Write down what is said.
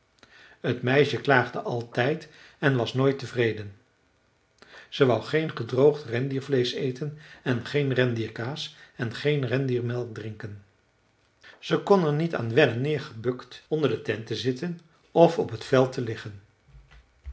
t meisje klaagde altijd en was nooit tevreden ze wou geen gedroogd rendiervleesch eten en geen rendierkaas en geen rendiermelk drinken ze kon er niet aan wennen neergebukt onder de tent te zitten of op t veld te liggen